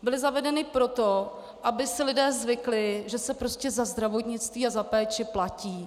Byly zavedeny proto, aby si lidé zvykli, že se prostě za zdravotnictví a za péči platí.